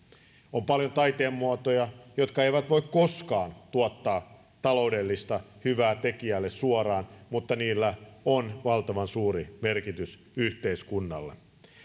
on paljon taiteenmuotoja jotka eivät voi koskaan tuottaa taloudellista hyvää tekijälle suoraan mutta niillä on valtavan suuri merkitys yhteiskunnalle